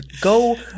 go